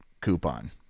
coupon